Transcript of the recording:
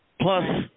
Plus